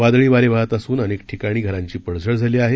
वादळी वारे वहात असून अनेक ठिकाणी घरांची पडझड झाली आहे